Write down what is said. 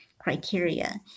criteria